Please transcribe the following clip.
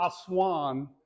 Aswan